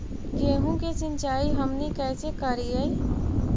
गेहूं के सिंचाई हमनि कैसे कारियय?